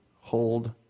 hold